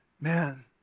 Man